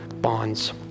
bonds